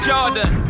Jordan